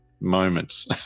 moments